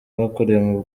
bakoreye